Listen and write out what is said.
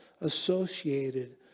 associated